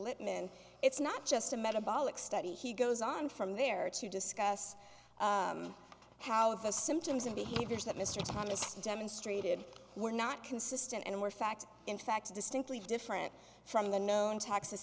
lippman it's not just a metabolic study he goes on from there to discuss how the symptoms and behaviors that mr thomas demonstrated were not consistent and were fact in fact distinctly different from the known